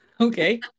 Okay